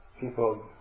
people